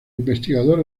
investigador